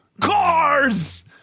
Cars